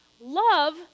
Love